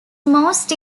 most